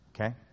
Okay